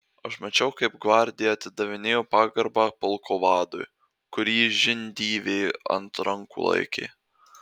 aš mačiau kaip gvardija atidavinėjo pagarbą pulko vadui kurį žindyvė ant rankų laikė